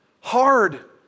hard